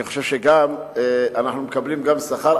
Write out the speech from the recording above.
אני חושב שאנחנו מקבלים גם שכר,